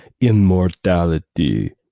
immortality